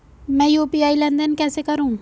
मैं यू.पी.आई लेनदेन कैसे करूँ?